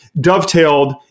dovetailed